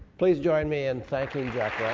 please join me in thanking jack?